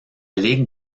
ligue